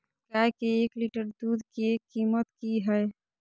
गाय के एक लीटर दूध के कीमत की हय?